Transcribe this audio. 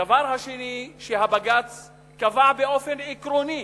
הדבר השני שבג"ץ קבע באופן עקרוני